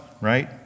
right